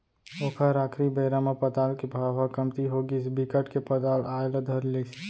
ओखर आखरी बेरा म पताल के भाव ह कमती होगिस बिकट के पताल आए ल धर लिस